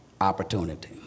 opportunity